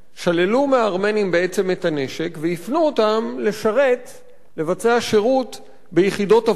שללו מהארמנים את הנשק והפנו אותם לבצע שירות ביחידות עבודה.